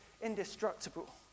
indestructible